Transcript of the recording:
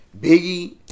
Biggie